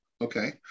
Okay